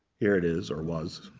here it is or was.